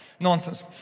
Nonsense